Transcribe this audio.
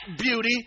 beauty